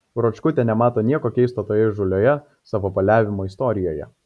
ruočkutė nemato nieko keisto toje įžūlioje savavaliavimo istorijoje